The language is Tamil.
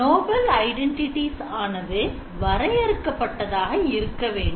Nobel Identites ஆனது வரையறுக்கப்பட்டதாக இருக்க வேண்டும்